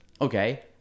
okay